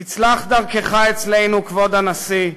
תצלח דרכך אצלנו, כבוד הנשיא,